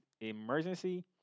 emergency